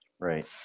Right